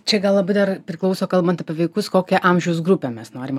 čia gal labai dar priklauso kalbant apie vaikus kokią amžiaus grupę mes norim